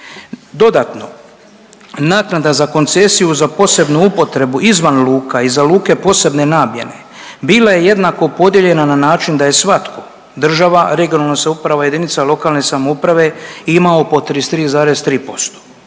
Dodatno, naknada za koncesiju za posebnu upotrebu izvan luka i za luke posebne namjene bila je jednako podijeljena na način da je svatko, država, regionalna samouprava i jedinice lokalne samouprave imao po 33,3%.